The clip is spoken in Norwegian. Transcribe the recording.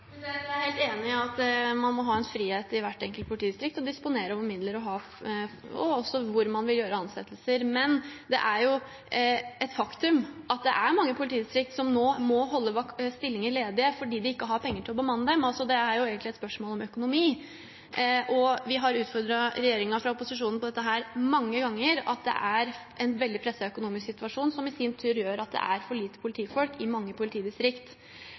det. Jeg er helt enig i at man må ha en frihet i hvert enkelt politidistrikt til å disponere over midler og hvor man vil gjøre ansettelser. Men det er et faktum at det er mange politidistrikt som må holde stillinger ledige fordi de ikke har penger til å bemanne dem – altså er det egentlig et spørsmål om økonomi. Vi har fra opposisjonen utfordret regjeringen på dette mange ganger, at det er en veldig presset økonomisk situasjon som i sin tur gjør at det er for få politifolk i mange politidistrikt.